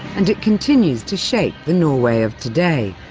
and it continues to shape the norway of today,